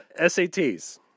SATs